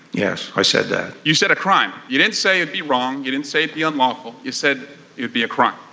yes, i said that you said a crime you didn't say would be wrong. you didn't say it be unlawful. you said it would be a crime.